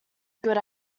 good